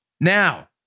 Now